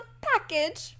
package